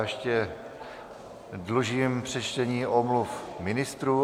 Ještě dlužím přečtení omluv ministrů.